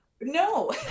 No